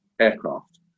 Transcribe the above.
aircraft